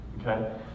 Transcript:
Okay